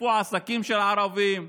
תקפו עסקים של ערבים,